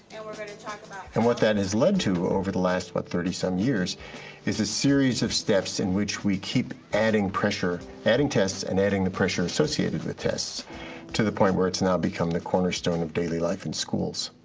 and we're gonna talk about and what that has led to over the last about thirty some years is a series of steps in which we keep adding pressure, adding tests and adding the pressure associated with tests to the point where it's now become the cornerstone of daily life in schools.